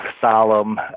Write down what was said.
solemn